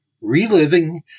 Reliving